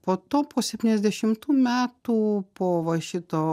po to po septyniasdešimtų metų po va šito